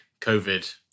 covid